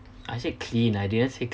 I said clean I didn't say